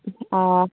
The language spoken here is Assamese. অঁ